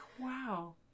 wow